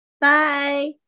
Bye